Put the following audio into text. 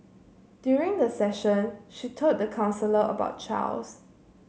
during the session she told the counsellor about Charles